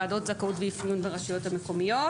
ועדות זכאות ואפיון ברשויות המקומיות.